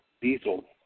Diesel